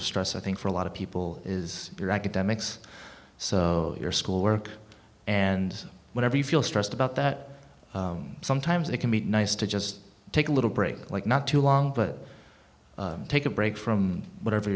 of stress i think for a lot of people is your academics so your schoolwork and whatever you feel stressed about that sometimes it can be nice to just take a little break like not too long but take a break from whatever